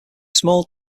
small